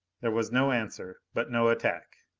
there was no answer, but no attack.